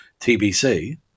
TBC